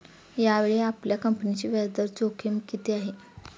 यावेळी आपल्या कंपनीची व्याजदर जोखीम किती आहे?